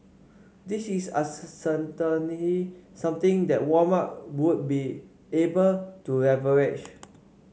this is a certainly something that Walmart would be able to leverage